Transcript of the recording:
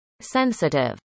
sensitive